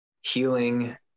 healing